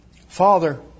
Father